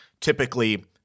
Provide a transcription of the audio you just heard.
typically